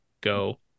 go